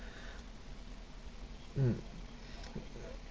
mm